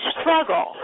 struggle